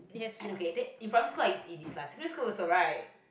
and okay that in primary school I used to eat this lah secondary also right